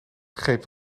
greep